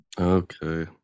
Okay